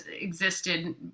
existed